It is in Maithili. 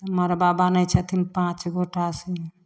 मड़बा बान्है छथिन पाँच गोटासे